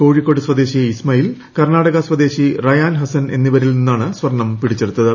കോഴിക്കോട് സ്വദേശി ഇസ്മയിൽ കാർണാട്ടക്ക് ൂസ്ദേശി റയാൻ ഹസൻ എന്നിവരിൽ നിന്നാണ് സ്വർണ്ണ്ട് പിടിച്ചെടുത്തത്